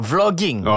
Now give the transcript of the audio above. Vlogging